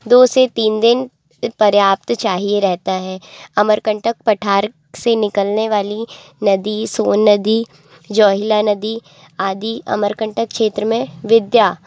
दो से तीन दिन पर्याप्त चाहिए रहता है अमरकंटक पठार से निकलने वाली नदी सोन नदी जोहिला नदी आदि अमरकंटक क्षेत्र में विद्या